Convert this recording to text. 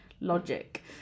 logic